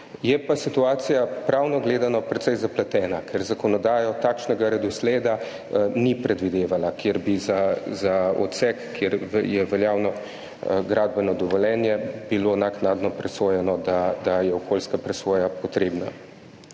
Je pa situacija pravno gledano precej zapletena, ker zakonodajo takšnega redosleda ni predvidevala, kjer bi za odsek, kjer je veljavno gradbeno dovoljenje, bilo naknadno presojeno, da je okoljska presoja potrebna.